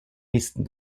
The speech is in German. listen